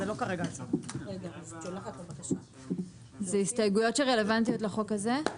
אלה הסתייגויות שרלוונטיות לחוק הזה?